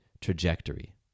trajectory